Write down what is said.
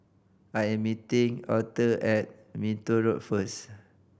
I am meeting Arther at Minto Road first